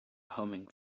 humming